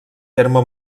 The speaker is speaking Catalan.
terme